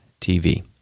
TV